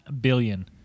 billion